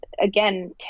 again